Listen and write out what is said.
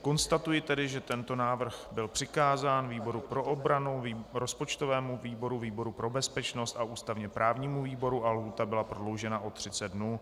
Konstatuji tedy, že tento návrh byl přikázán výboru pro obranu, rozpočtovému výboru, výboru pro bezpečnost a ústavněprávnímu výboru a lhůta byla prodloužena o 30 dnů.